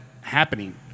happening